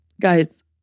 Guys